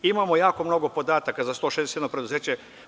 Imamo jako mnogo podataka za 161 preduzeće.